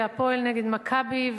"הפועל" נגד "מכבי",